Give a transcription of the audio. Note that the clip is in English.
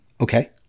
Okay